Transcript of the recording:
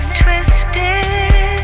twisted